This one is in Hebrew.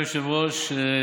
אדוני היושב-ראש,